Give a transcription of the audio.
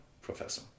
professor